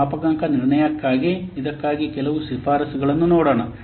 ಈಗ ಮಾಪನಾಂಕ ನಿರ್ಣಯಕ್ಕಾಗಿ ಇದಕ್ಕಾಗಿ ಕೆಲವು ಶಿಫಾರಸುಗಳನ್ನು ನೋಡೋಣ